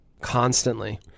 constantly